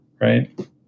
right